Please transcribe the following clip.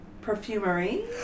perfumery